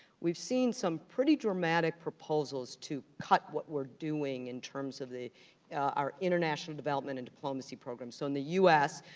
we've seen some pretty dramatic proposals to cut what we're doing in terms of our international development and diplomacy programs, so in the u s,